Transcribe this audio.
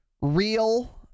real